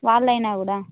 వాళ్లు అయిన కూడా